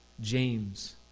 James